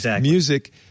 music